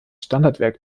standardwerk